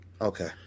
Okay